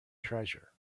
treasure